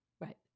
Right